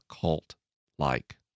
cult-like